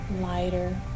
lighter